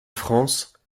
france